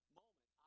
moment